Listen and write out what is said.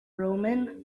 roman